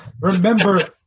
Remember